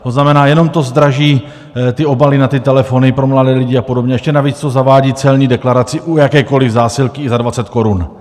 To znamená, jenom to zdraží obaly na ty telefony pro mladé lidi a podobně, ještě navíc to zavádí celní deklaraci u jakékoli zásilky, i za 20 korun.